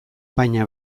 baina